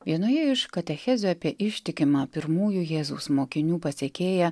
vienoje iš katechezių apie ištikimą pirmųjų jėzaus mokinių pasekėją